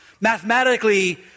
Mathematically